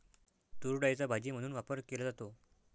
तूरडाळीचा भाजी म्हणून वापर केला जातो